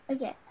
Okay